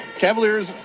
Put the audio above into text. Cavaliers